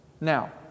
Now